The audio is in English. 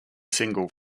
single